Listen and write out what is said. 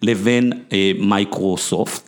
לבין מייקרוסופט